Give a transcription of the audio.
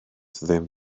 ddim